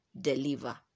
deliver